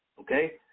okay